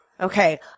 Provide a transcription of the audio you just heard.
Okay